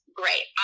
great